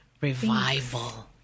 Revival